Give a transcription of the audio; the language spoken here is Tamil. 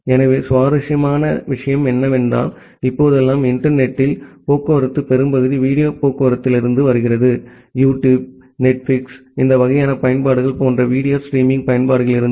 எனவே சுவாரஸ்யமாக என்னவென்றால் இப்போதெல்லாம் இன்டர்நெட் த்தில் போக்குவரத்தின் பெரும்பகுதி வீடியோ போக்குவரத்திலிருந்து வருகிறது யூடியூப் நெட்ஃபிக்ஸ் இந்த வகையான பயன்பாடுகள் போன்ற வீடியோ ஸ்ட்ரீமிங் பயன்பாடுகளிலிருந்து